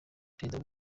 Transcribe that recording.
perezida